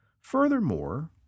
Furthermore